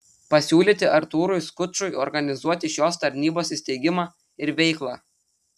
pasiūlyti artūrui skučui organizuoti šios tarnybos įsteigimą ir veiklą